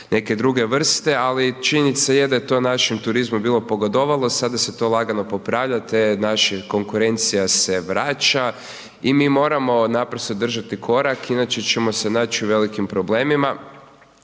neke druge vrste ali činjenica je da je to našem turizmu bilo pogodovalo, sada se to lagano popravlja, te naša konkurencija se vraća i mi moramo naprosto držati korak inače ćemo se naći u velikim problemima.